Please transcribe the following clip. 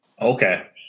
okay